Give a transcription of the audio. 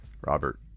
Robert